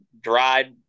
dried